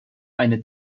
eine